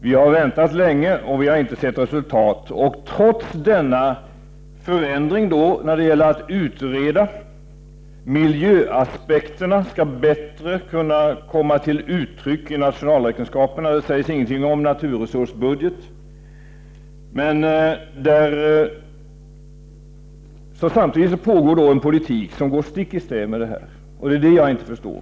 Vi har väntat länge, och vi har inte sett resultat. Trots denna förändring när det gäller att utreda — miljöaspekterna skall bättre kunna komma till uttryck i nationalräkenskaperna, men det sägs ingenting om naturresursbudget — förs samtidigt en politik som går stick i stäv med detta. Det är det som jag inte förstår.